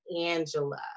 Angela